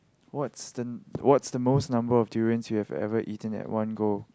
what's the what's the most number of durians you've ever eaten at one go